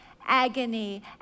agony